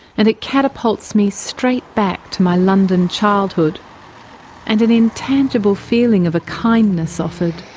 and it catapults me straight back to my london childhood and an intangible feeling of a kindness offered.